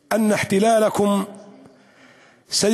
להלן תרגומם: לכן אֹמַר לכם שהכיבוש שלכם